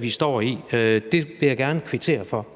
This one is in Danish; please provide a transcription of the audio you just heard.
vi står i. Det vil jeg gerne kvittere for.